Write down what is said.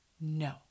No